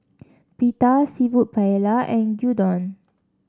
Pita seafood Paella and Gyudon